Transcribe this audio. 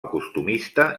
costumista